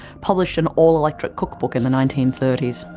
published an all-electric cookbook in the nineteen thirty s.